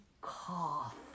cough